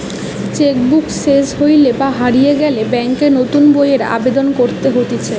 check book সেস হইলে বা হারিয়ে গেলে ব্যাংকে নতুন বইয়ের আবেদন করতে হতিছে